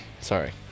Sorry